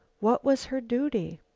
what was her duty?